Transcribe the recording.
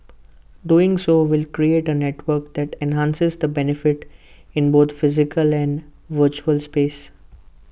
doing so will create A network that enhances the benefits in both physical and virtual space